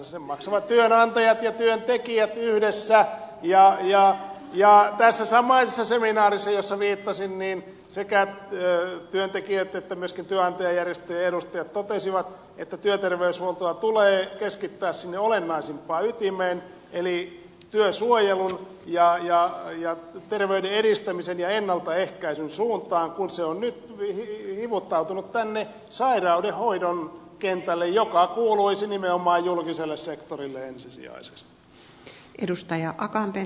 sen maksavat työnantajat ja työntekijät yhdessä ja tässä samaisessa seminaarissa johon viittasin sekä työntekijöitten että myöskin työnantajajärjestöjen edustajat totesivat että työterveyshuoltoa tulee keskittää sinne olennaisimpaan ytimeen eli työsuojelun ja terveyden edistämisen ja ennaltaehkäisyn suuntaan kun se on nyt hivuttautunut tänne sairaudenhoidon kentälle joka kuuluisi nimenomaan julkiselle sektorille ensisijaisesti